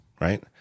right